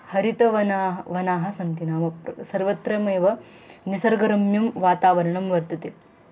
हरितवनं वनाः सन्ति नाम प्र सर्वत्र एव निसर्गरम्यं वातावरणं वर्तते